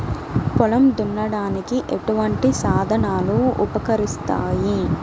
పొలం దున్నడానికి ఎటువంటి సాధనాలు ఉపకరిస్తాయి?